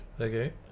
Okay